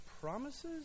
promises